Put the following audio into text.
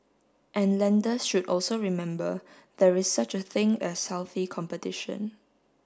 and lenders should also remember there is such a thing as healthy competition